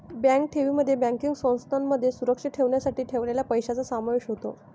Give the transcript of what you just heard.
bank ठेवींमध्ये banking संस्थांमध्ये सुरक्षित ठेवण्यासाठी ठेवलेल्या पैशांचा समावेश होतो